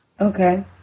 Okay